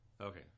okay